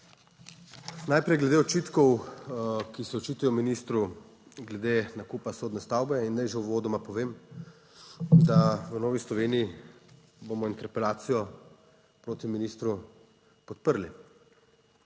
Najprej glede očitkov, ki se očitajo ministru glede nakupa sodne stavbe. In naj že uvodoma povem, da v Novi Sloveniji bomo interpelacijo proti ministru podprli.